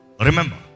Remember